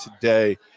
today